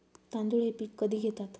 तांदूळ हे पीक कधी घेतात?